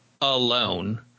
alone